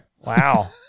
Wow